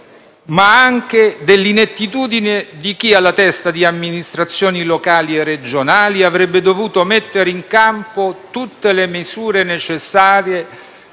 ma anche dell'inettitudine di chi, alla testa di amministrazioni locali e regionali, avrebbe dovuto mettere in campo tutte le misure necessarie